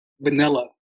vanilla